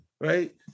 right